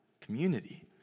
Community